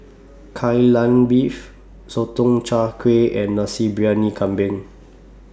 Kai Lan Beef Sotong Char Kway and Nasi Briyani Kambing